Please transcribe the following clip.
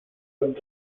und